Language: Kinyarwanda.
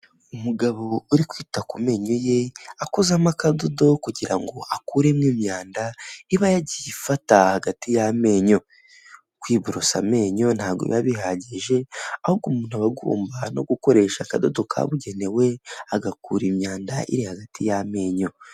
Umugabo uri kwita ku menyo ye akozamo akadodo kugira ngo akuremo imyanda iba yagiye ifata hagati y'amenyo kwiborosa amenyo ntabwo biba bihagije ahubwo umuntu aba agomba no gukoresha akadodo kabugenewe agakura imyanda iri hagati y'amenyo.